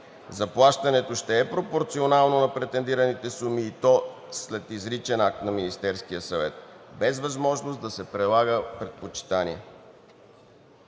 Заплащането ще е пропорционално на претендираните суми, и то след изричен акт на Министерския съвет, без възможност да се прилага предпочитание.